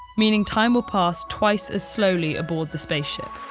meaning time will pass twice as slowly aboard the spaceship.